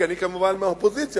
כי אני כמובן מהאופוזיציה,